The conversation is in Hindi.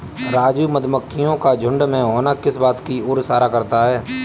राजू मधुमक्खियों का झुंड में होना किस बात की ओर इशारा करता है?